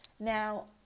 Now